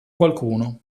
qualcuno